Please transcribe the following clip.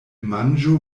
manĝo